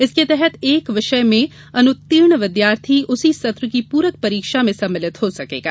इसके तहत एक विषय में अनुत्तीर्ण विद्यार्थी उसी सत्र की पूरक परीक्षा में सम्मलित हो सकेगा